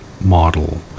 model